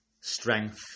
Strength